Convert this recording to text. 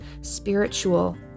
spiritual